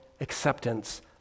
acceptance